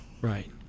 Right